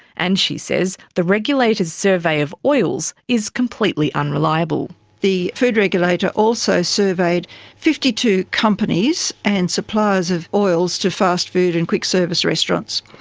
and, she says, the regulator's survey of oils is completely unreliable. the food regulator also surveyed fifty two companies and suppliers of oils to fast food and quick service restaurants.